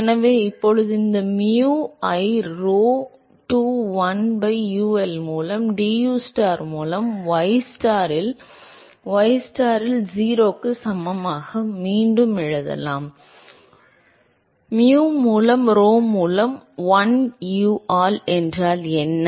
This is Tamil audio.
எனவே இப்போது இந்த mu ஐ rho to1 by UL மூலம் dustar மூலம் ystar இல் ystar இல் 0 க்கு சமமாக மீண்டும் எழுதலாம் mu மூலம் rho மற்றும் 1 UL ஆல் என்ன